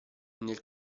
nel